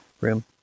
room